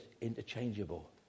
interchangeable